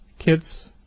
kids